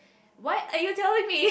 why are you telling me